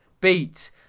beat